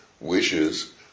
wishes